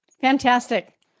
Fantastic